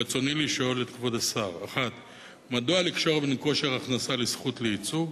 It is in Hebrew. רצוני לשאול את כבוד השר: 1. מדוע לקשור בין כושר הכנסה לזכות לייצוג?